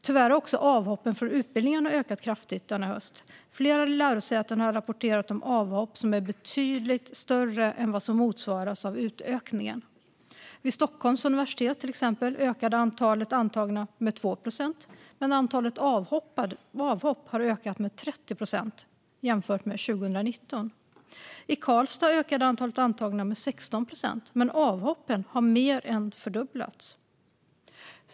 Tyvärr har också avhoppen från utbildningarna ökat kraftigt denna höst. Flera lärosäten har rapporterat om att antalet avhopp är betydligt större än vad som motsvaras av utökningen. Vid Stockholms universitet ökade till exempel antalet antagna med 2 procent, men antalet avhopp har ökat med 30 procent jämfört med 2019. I Karlstad ökade antalet antagna med 16 procent, men avhoppen har mer än fördubblats.